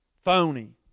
Phony